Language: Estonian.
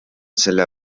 selle